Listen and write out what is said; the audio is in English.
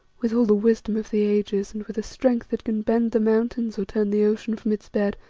with all the wisdom of the ages, and with a strength that can bend the mountains or turn the ocean from its bed,